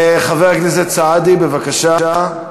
חבר הכנסת סעדי, בבקשה.